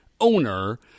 owner